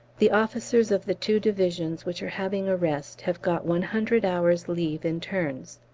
the officers of the two divisions which are having a rest have got one hundred hours' leave in turns.